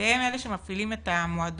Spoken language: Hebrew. והם אלה שמפעילים את המועדונית.